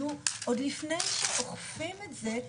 עוד לפני שאוכפים את זה,